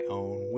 own